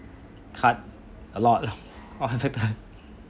cut a lot all affected